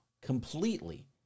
completely